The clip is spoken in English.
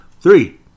Three